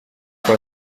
uko